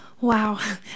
Wow